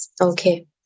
Okay